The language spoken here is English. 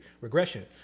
regression